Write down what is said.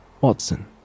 Watson